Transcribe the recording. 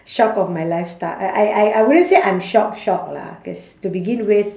shock of my lifestyle I I I I I wouldn't say I'm shocked shocked lah cause to begin with